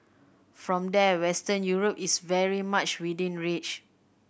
from there Western Europe is very much within reach